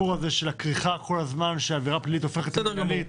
הסיפור הזה שעבירה פלילית הופכת למנהלית.